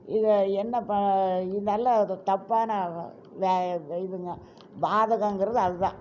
இதை என்ன இது நல்ல தப்பான இதுங்க பாதகங்கறது அதுதான்